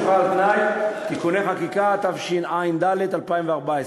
לשחרור על-תנאי של אסירים בפיקוח אלקטרוני,